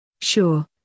Sure